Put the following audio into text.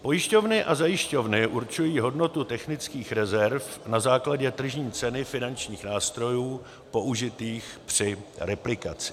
Pojišťovny a zajišťovny určují hodnotu technických rezerv na základě tržní ceny finančních nástrojů použitých při replikaci.